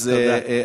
תודה.